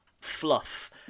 fluff